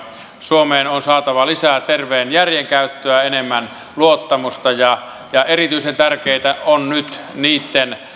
suomeen on saatava lisää terveen järjen käyttöä enemmän luottamusta ja ja erityisen tärkeätä on nyt niitten